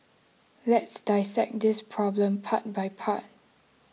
let's dissect this problem part by part